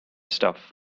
stuff